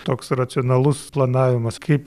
toks racionalus planavimas kaip